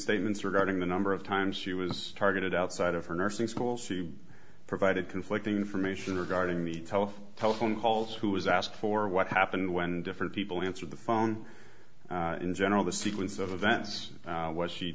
statements regarding the number of times she was targeted outside of her nursing school she provided conflicting information regarding the telephone telephone calls who was asked for what happened when different people in through the phone in general the sequence of events was she